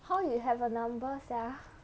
how you have her number sia